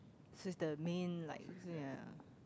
is the main like ya